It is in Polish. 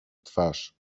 twarz